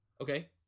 Okay